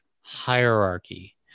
hierarchy